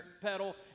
pedal